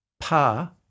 Pa